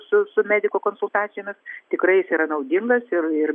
su su medikų konsultacijomis tikrai jis yra naudingas ir ir